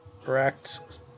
correct